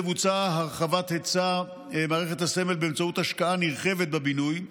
תבוצע הרחבת היצע מערכת הסמל באמצעות השקעה נרחבת בבינוי,